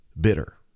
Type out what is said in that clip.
bitter